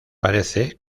parece